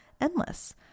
endless